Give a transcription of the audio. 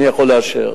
אני יכול לאשר.